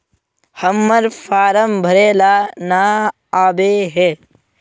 हम्मर फारम भरे ला न आबेहय?